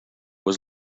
was